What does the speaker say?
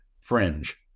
fringe